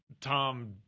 tom